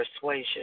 persuasion